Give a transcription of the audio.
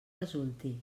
resulti